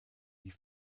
die